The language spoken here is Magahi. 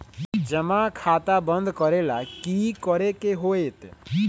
जमा खाता बंद करे ला की करे के होएत?